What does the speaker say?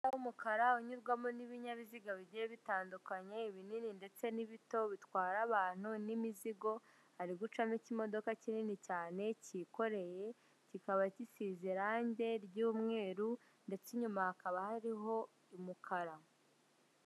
Umuhanda w'umukara unyurwamo n'ibinyabiziga bigiye bitandukanye, ibinini ndetse n'ibito bitwara abantu n'imizigo. Hari gucamo ikimodoka kinini cyane cyikoreye, kikaba gisize irangi ry'umweru, ndetse inyuma hakaba hariho umukara.